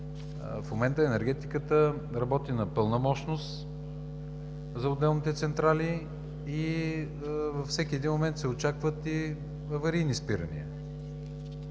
в момента енергетиката работи на пълна мощност за отделните централи и във всеки един момент се очакват аварийни спирания.